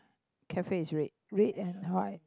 cafe is red red and white